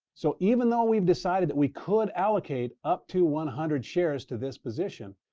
so even though we've decided that we could allocate up to one hundred shares to this position,